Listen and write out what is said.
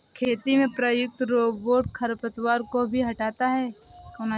खेती में प्रयुक्त रोबोट खरपतवार को भी हँटाता है